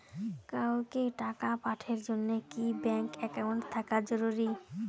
কাউকে টাকা পাঠের জন্যে কি ব্যাংক একাউন্ট থাকা জরুরি?